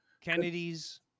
Kennedy's